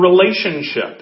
relationship